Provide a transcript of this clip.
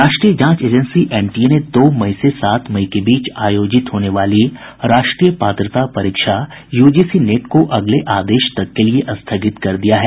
राष्ट्रीय जांच agency NTA ने दो मई से सात मई के बीच आयोजित होने वाली राष्ट्रीय पात्रता परीक्षा यूजीसी नेट को अगले आदेश तक के लिए स्थगित कर दिया है